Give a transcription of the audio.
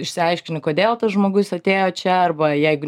išsiaiškinti kodėl tas žmogus atėjo čia arba jeigu